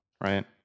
right